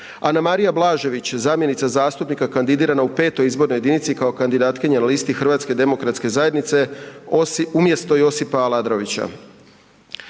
Anamarija Blažević, zamjenica zastupnika kandidirana u 5. izbornoj jedinici kao kandidatkinja na listi Hrvatske demokratske zajednice, umjesto Josipa Aladrovića;